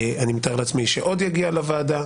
אני מתאר לעצמי שעוד יגיע לוועדה.